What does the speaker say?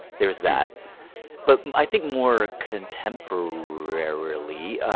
there was that but i think more contemporarily,